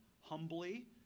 Humbly